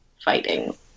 fighting